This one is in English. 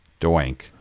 doink